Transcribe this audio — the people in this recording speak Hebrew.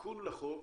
התיקון לחוק,